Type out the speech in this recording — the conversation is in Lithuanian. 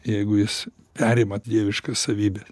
jeigu jis perima dieviškas savybes